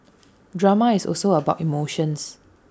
drama is also about emotions